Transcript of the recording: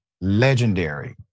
legendary